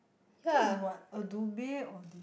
this is what Adobe Audition